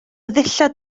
ddillad